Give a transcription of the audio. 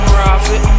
Profit